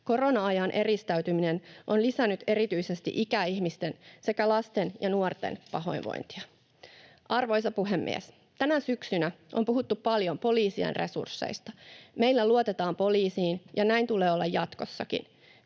Korona-ajan eristäytyminen on lisännyt erityisesti ikäihmisten sekä lasten ja nuorten pahoinvointia. Arvoisa puhemies! Tänä syksynä on puhuttu paljon poliisien resursseista. Meillä luotetaan poliisiin, ja näin tulee olla jatkossakin.